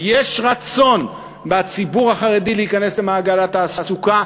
יש רצון בציבור החרדי להיכנס למעגל התעסוקה.